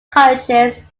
colleges